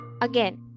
again